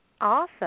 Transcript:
Awesome